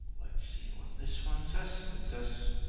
let's see what this one says. it says.